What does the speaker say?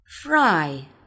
Fry